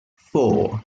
four